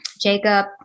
Jacob